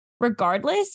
Regardless